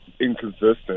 inconsistent